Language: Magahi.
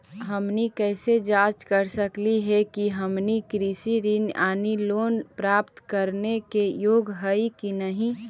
हमनी कैसे जांच सकली हे कि हमनी कृषि ऋण यानी लोन प्राप्त करने के योग्य हई कि नहीं?